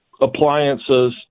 appliances